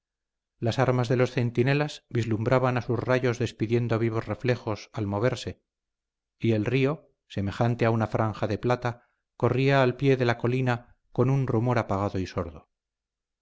las armas de los centinelas vislumbraban a sus rayos despidiendo vivos reflejos al moverse y el río semejante a una franja de plata corría al pie de la colina con un rumor apagado y sordo